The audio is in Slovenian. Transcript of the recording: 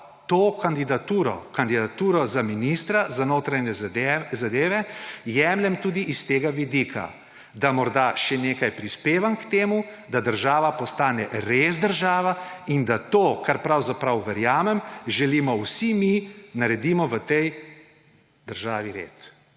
to kandidaturo, kandidaturo za ministra za notranje zadeve jemljem tudi s tega vidika, da morda še nekaj prispevam k temu, da država postane res država in da to, kar pravzaprav verjamem, želimo vsi mi, naredimo v tej državi red.«